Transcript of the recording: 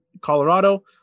Colorado